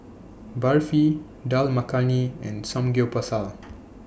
Barfi Dal Makhani and Samgyeopsal